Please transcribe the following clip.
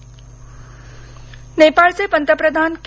नेपाळ नेपाळचे पंतप्रधान के